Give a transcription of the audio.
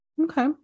Okay